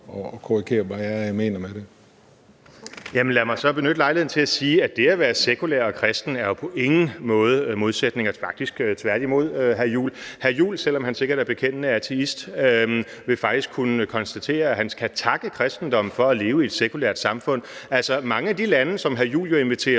Kjærsgaard): Værsgo. Kl. 11:57 Morten Messerschmidt (DF): Jamen lad mig så benytte lejligheden til at sige, at det at være sekulær og kristen jo på ingen måde er modsætninger, faktisk tværtimod, hr. Christian Juhl. Hr. Christian Juhl, selv om han sikkert er bekendende ateist, vil faktisk kunne konstatere, at han kan takke kristendommen for at leve i et sekulært samfund. Mange af de lande, som hr. Christian Juhl inviterer